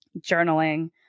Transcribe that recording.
journaling